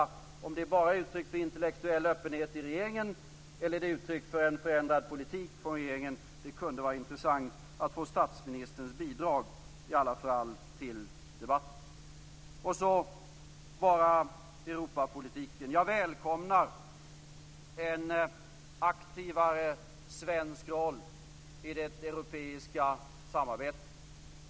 Oavsett om det bara är ett uttryck för intellektuell öppenhet i regeringen eller ett uttryck för en förändrad politik från regeringen kunde det i alla fall vara intressant att få statsministerns bidrag till debatten. Så till Europapolitiken. Jag välkomnar en aktivare svensk roll i det europeiska samarbetet.